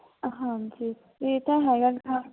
ਹਾਂਜੀ ਇਹ ਤਾਂ ਹੈਗਾ ਹਾਂ